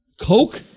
Coke